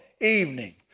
evening